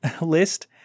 list